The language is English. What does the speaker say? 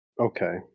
Okay